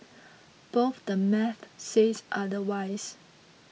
both the math says otherwise